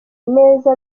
neza